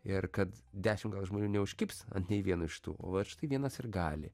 ir kad dešim žmonių neužkibs ant nei vieno iš tų o vat štai vienas ir gali